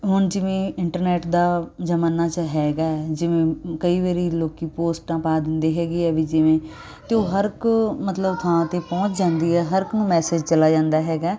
ਹੁਣ ਜਿਵੇਂ ਇੰਟਰਨੈਟ ਦਾ ਜ਼ਮਾਨਾ ਜਿਹਾ ਹੈਗਾ ਜਿਵੇਂ ਕਈ ਵਾਰੀ ਲੋਕ ਪੋਸਟਾਂ ਪਾ ਦਿੰਦੇ ਹੈਗੇ ਆ ਵੀ ਜਿਵੇਂ ਅਤੇ ਉਹ ਹਰ ਇੱਕ ਮਤਲਬ ਥਾਂ 'ਤੇ ਪਹੁੰਚ ਜਾਂਦੀ ਹੈ ਹਰ ਇੱਕ ਨੂੰ ਮੈਸੇਜ ਚਲਾ ਜਾਂਦਾ ਹੈਗਾ